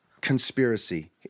Conspiracy